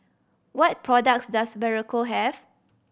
what products does Berocca have